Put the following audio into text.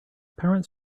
parents